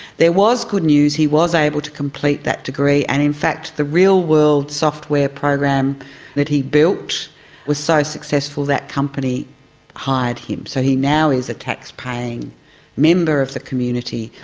there was good news, he was able to complete that degree. and in fact the real world software program that he built was so successful, that company hired him. so he now is a taxpaying member of the community.